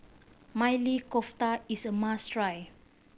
Maili Kofta is a must try